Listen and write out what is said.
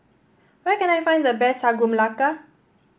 where can I find the best Sagu Melaka